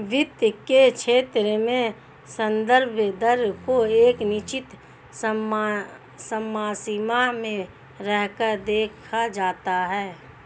वित्त के क्षेत्र में संदर्भ दर को एक निश्चित समसीमा में रहकर देखा जाता है